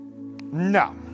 no